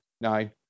nine